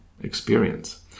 experience